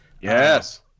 Yes